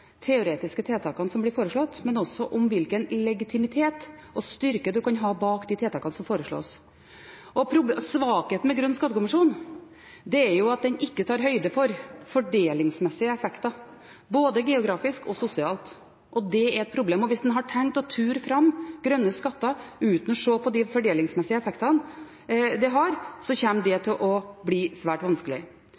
teoretiske tiltakene som blir foreslått, men også om hvilken legitimitet og styrke man kan ha bak tiltakene som foreslås. Svakheten med Grønn skattekommisjon er at den ikke tar høyde for fordelingsmessige effekter, både geografisk og sosialt, og det er et problem. Hvis man har tenkt å ture fram med grønne skatter uten å se på de fordelingsmessige effektene de har, kommer det til å bli svært vanskelig.